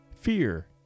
fear